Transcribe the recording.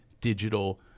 digital